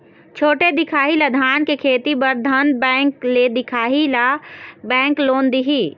छोटे दिखाही ला धान के खेती बर धन बैंक ले दिखाही ला बैंक लोन दिही?